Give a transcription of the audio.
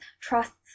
trusts